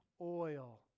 oil